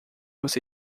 você